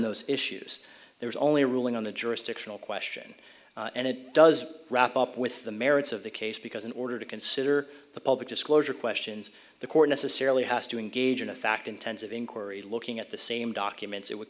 those issues there's only a ruling on the jurisdictional question and it does wrap up with the merits of the case because in order to consider the public disclosure questions the court necessarily has to engage in a fact intensive inquiry looking at the same documents it would